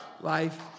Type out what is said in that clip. Life